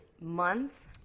months